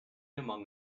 among